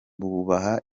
bubaha